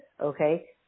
okay